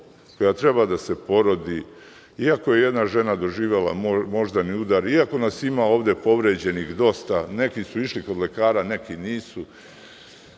koja treba da se porodi, iako je jedna žena doživela moždani udar, iako nas ima ovde povređenih dosta, neki su išli kod lekara, neki nisu.7/1